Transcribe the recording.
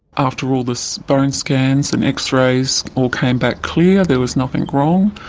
after all the so bone scans and x-rays all came back clear, there was nothing wrong.